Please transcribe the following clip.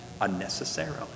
unnecessarily